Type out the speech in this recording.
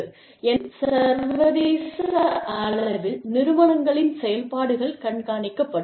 எனவே பல்வேறு வழிகளில் சர்வதேச அளவில் நிறுவனங்களின் செயல்பாடுகள் கண்காணிக்கப்படும்